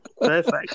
Perfect